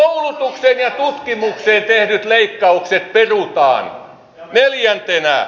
koulukseen ja tutkimukseen tehdyt leikkaukset perutaan